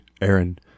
Aaron